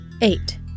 Eight